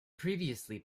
previously